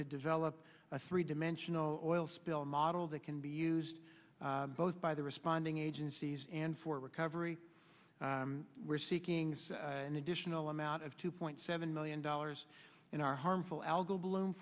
to develop a three dimensional or oil spill model that can be used both by the responding agencies and for recovery we're seeking an additional amount of two point seven million dollars in our harmful